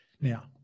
Now